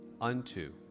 unto